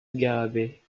garrabet